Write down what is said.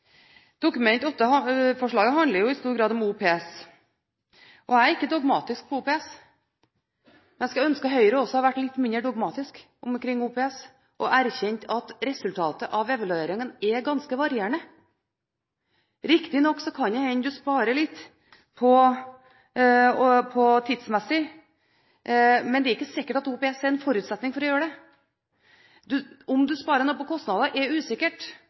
vært litt mindre dogmatisk omkring OPS, og erkjent at resultatet av evalueringene er ganske varierende. Riktignok kan det hende du sparer litt tidsmessig, men det er ikke sikkert at OPS er en forutsetning for å gjøre det. Om du sparer noe på kostnader er usikkert,